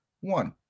one